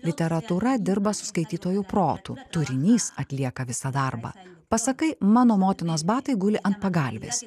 literatūra dirba su skaitytojų protu turinys atlieka visą darbą pasakai mano motinos batai guli ant pagalvės